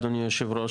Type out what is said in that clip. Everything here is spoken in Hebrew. אדוני היושב-ראש,